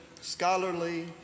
scholarly